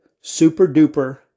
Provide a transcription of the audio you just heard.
super-duper